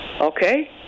Okay